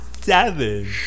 Seven